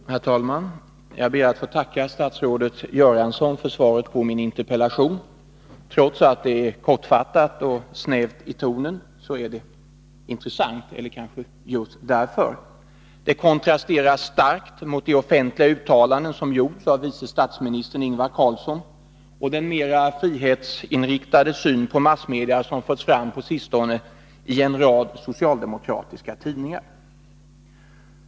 Herr talman! Jag ber att få tacka statsrådet Göransson för svaret på min interpellation. Trots att det är kortfattat och snävt i tonen är det intressant — eller kanske just därför. Det kontrasterar starkt mot de offentliga uttalanden som gjorts av vice statsministern Ingvar Carlsson och mot den mera frihetsinriktade syn på massmedia som förts fram på sistone i en rad socialdemokratiska tidningar.